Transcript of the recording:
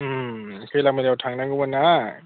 खैला मैलायाव थांनांगौमोन आं